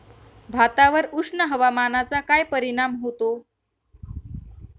भातावर उष्ण हवामानाचा काय परिणाम होतो?